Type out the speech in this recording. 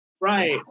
right